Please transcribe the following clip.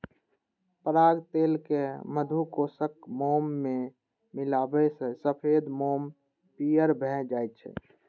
पराग तेल कें मधुकोशक मोम मे मिलाबै सं सफेद मोम पीयर भए जाइ छै